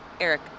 Eric